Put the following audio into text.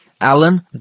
Alan